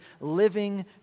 living